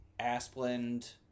Asplund